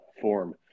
form